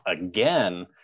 again